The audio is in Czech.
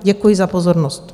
Děkuji za pozornost.